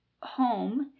home